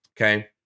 Okay